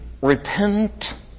repent